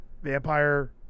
Vampire